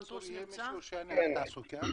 יהיה מישהו שיענה לתעסוקה?